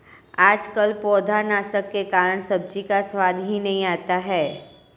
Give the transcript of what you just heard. आजकल पौधनाशक के कारण सब्जी का स्वाद ही नहीं आता है